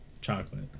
chocolate